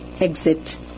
exit